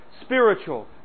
spiritual